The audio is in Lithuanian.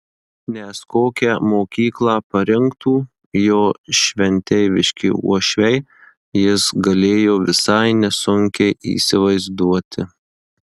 nes kokią mokyklą parinktų jo šventeiviški uošviai jis galėjo visai nesunkiai įsivaizduoti